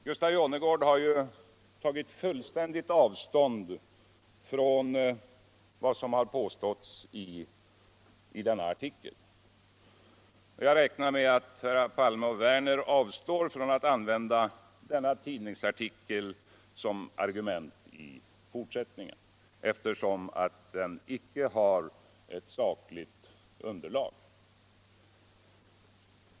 Gustaf Jonnergärd har ju tagit fullständigt avstånd från vad som har påstålts I denna artikel. Jag räknar med att herrar Palme och Werner kommer att avstå från att använda denna tidningsartikel som argument i fortsättningen, eftersom den icke har ett sakligt underlag.